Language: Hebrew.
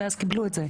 ואז קיבלו את זה.